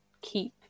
keep